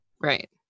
Right